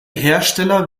hersteller